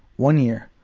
one year.